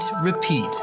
repeat